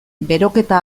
beroketa